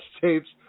tapes